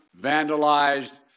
vandalized